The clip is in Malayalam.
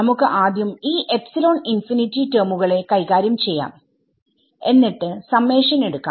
നമുക്ക് ആദ്യം ഈ എപ്സിലോൺ ഇൻഫിനിറ്റി ടെർമുകളെ കൈകാര്യം ചെയ്യാം എന്നിട്ട് സമ്മേഷൻ എടുക്കാം